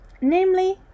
Namely